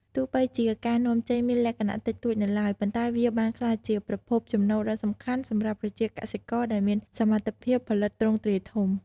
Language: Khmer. ទោះបីជាការនាំចេញមានលក្ខណៈតិចតួចនៅឡើយ ប៉ុន្តែវាបានក្លាយជាប្រភពចំណូលដ៏សំខាន់សម្រាប់ប្រជាកសិករដែលមានសមត្ថភាពផលិតទ្រង់ទ្រាយធំ។